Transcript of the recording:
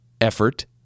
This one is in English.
effort